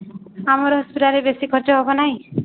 ଆମର ହସ୍ପିଟାଲ୍ରେ ବେଶୀ ଖର୍ଚ୍ଚ ହେବ ନାହିଁ